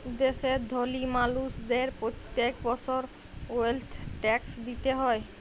দ্যাশের ধলি মালুসদের প্যত্তেক বসর ওয়েলথ ট্যাক্স দিতে হ্যয়